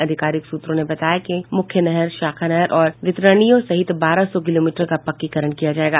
आधिकारिक सूत्रों ने बताया कि मूख्य नहर शाखा नहर और वितरनियों सहित बारह सौ किलोमीटर का पक्कीकरण किया जायेगा